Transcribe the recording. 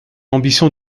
ambition